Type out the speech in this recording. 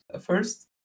first